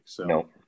No